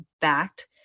backed